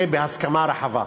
ייעשו בהסכמה רחבה,